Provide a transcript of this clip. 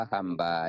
Hamba